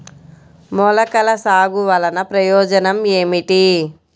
మొలకల సాగు వలన ప్రయోజనం ఏమిటీ?